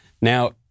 Now